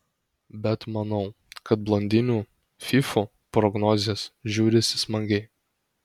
bet manau kad blondinių fyfų prognozės žiūrisi smagiai